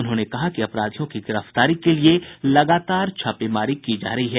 उन्होंने कहा कि अपराधियों की गिरफ्तारी के लिए लगातार छापेमारी जारी है